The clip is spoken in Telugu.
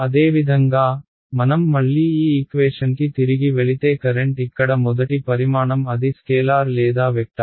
అదేవిధంగా మనం మళ్లీ ఈ ఈక్వేషన్కి తిరిగి వెళితే కరెంట్ ఇక్కడ మొదటి పరిమాణం అది స్కేలార్ లేదా వెక్టార్